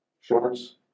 shorts